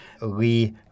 Lee